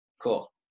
Cool